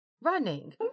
running